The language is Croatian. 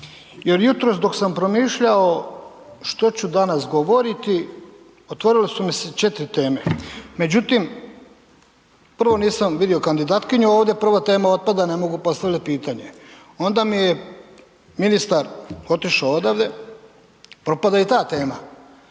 jer jutros dok sam promišljao što ću danas govoriti, otvorile su mi se 4 teme. Međutim, prvo nisam vidio kandidatkinju ovdje, prva tema otpada, ne mogu postavljati pitanje. Onda mi ministar otišao odavde, propada i ta tema.